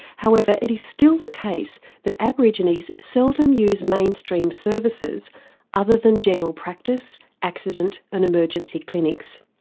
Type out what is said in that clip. however, it is still the case that aborigines seldom use mainstream services other than general practice, accident and emergency clinics.